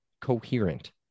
coherent